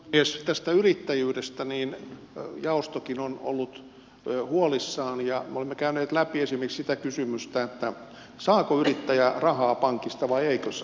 tästä yrittäjyydestä jaostokin on ollut huolissaan ja me olemme käyneet läpi esimerkiksi sitä kysymystä saako yrittäjä rahaa pankista vai eikö saa